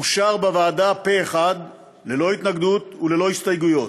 אושר בוועדה פה-אחד, ללא התנגדות וללא הסתייגויות.